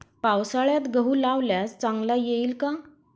पावसाळ्यात गहू लावल्यास चांगला येईल का?